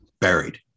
Buried